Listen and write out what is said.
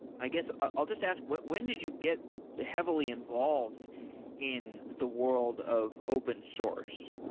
i guess i'll just ask, when when did you get heavily involved in the world of open source?